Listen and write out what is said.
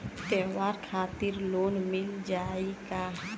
त्योहार खातिर लोन मिल जाई का?